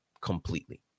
completely